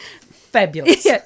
fabulous